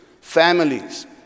families